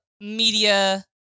media